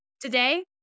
today